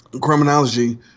criminology